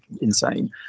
insane